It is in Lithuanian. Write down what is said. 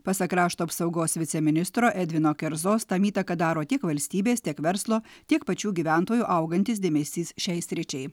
pasak krašto apsaugos viceministro edvino kerzos tam įtaką daro tiek valstybės tiek verslo tiek pačių gyventojų augantis dėmesys šiai sričiai